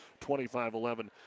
25-11